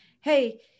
hey